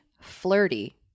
flirty